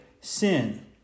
sin